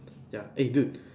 ya eh dude